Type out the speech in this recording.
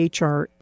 HR